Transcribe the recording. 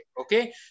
okay